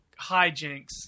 hijinks